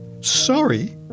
Sorry